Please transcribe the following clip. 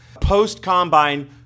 post-combine